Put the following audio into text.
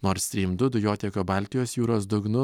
nord strym du dujotiekio baltijos jūros dugnu